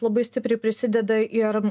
labai stipriai prisideda ir